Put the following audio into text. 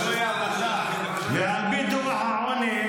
אסור ללמוד את זה ------ ועל פי דוח העוני,